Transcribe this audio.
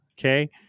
okay